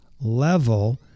level